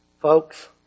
Folks